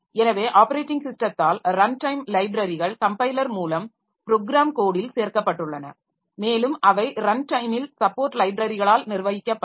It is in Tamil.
எனவே ஆப்பரேட்டிங் ஸிஸ்டத்தால் ரன் டைம் லைப்ரரிகள் கம்பைலர் மூலம் ப்ரோக்ராம் கோடில் சேர்க்கப்பட்டுள்ளன மேலும் அவை ரன் டைமில் சப்போர்ட் லைப்ரரிகளால் நிர்வகிக்கப்படும்